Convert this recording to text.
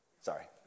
sorry